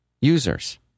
users